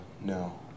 no